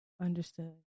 Understood